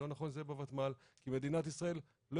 אם לא נכון שזה יהיה בוותמ"ל כי מדינת ישראל לא